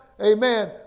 Amen